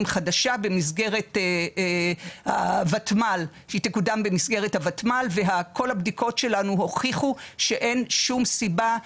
חדשה במסגרת ה-ותמ"ל וכל הבדיקות שלנו הוכיחו שאין שום סיבה,